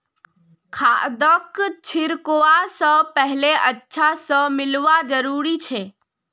खादक छिड़कवा स पहले अच्छा स मिलव्वा जरूरी छ